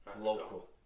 local